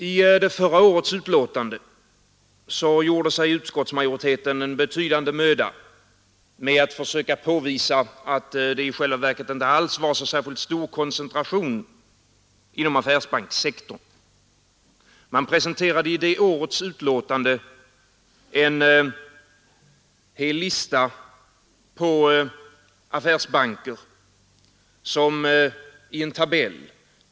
I förra årets betänkande gjorde sig utskottsmajoriteten en betydande möda att försöka påvisa att det i själva verket inte var en så särskilt stor koncentration inom affärsbankssektorn. Man presenterade i det årets betänkande en hel lista på affärsbanker, en tabell.